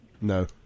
no